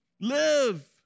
Live